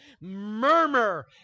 murmur